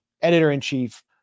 editor-in-chief